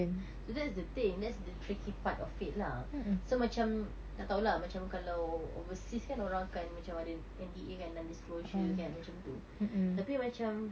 so that's the thing that's the tricky part of it lah so macam tak tahu lah kalau macam overseas kan orang akan macam ada N_D_A kan non disclosure kan macam tu tapi macam